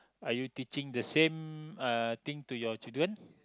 are you teaching the same uh thing to your children